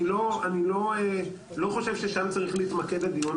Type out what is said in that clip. אני לא חושב ששם צריך להתמקד הדיון,